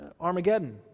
Armageddon